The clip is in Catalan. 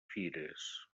fires